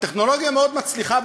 הטכנולוגיה מאוד מצליחה,